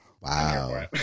Wow